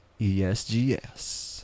ESGS